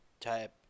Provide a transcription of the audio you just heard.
type